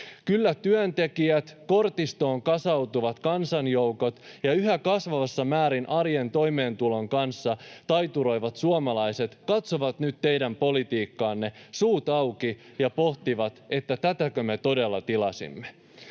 Kyllä työntekijät, kortistoon kasautuvat kansanjoukot ja yhä kasvavassa määrin arjen toimeentulon kanssa taituroivat suomalaiset katsovat nyt teidän politiikkaanne suut auki ja pohtivat, että tätäkö me todella tilasimme.